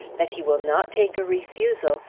that he will not take a refusal,